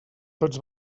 tots